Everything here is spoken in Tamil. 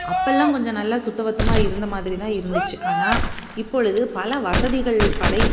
அப்போல்லாம் கொஞ்சம் நல்லா சுத்தபத்தமாக இருந்த மாதிரி தான் இருந்துச்சு ஆனால் இப்பொழுது பல வசதிகள் படை